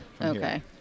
Okay